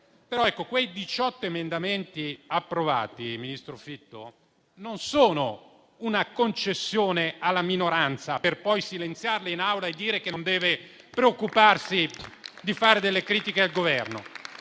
Quei 18 emendamenti approvati, ministro Fitto, non sono una concessione alla minoranza per poi silenziarla in Aula e dire che non deve preoccuparsi di fare critiche al Governo.